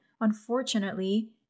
unfortunately